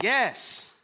Yes